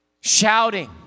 shouting